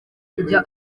kujya